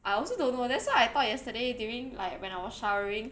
I also don't know that's why I thought yesterday during like when I was showering